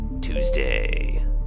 Tuesday